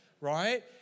right